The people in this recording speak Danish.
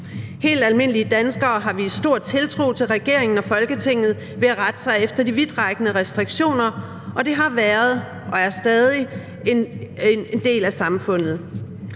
Helt almindelige danskere har vist stor tiltro til regeringen og Folketinget ved at rette sig efter de vidtrækkende restriktioner, og de har været og er stadig en del af samfundet.